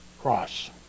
cross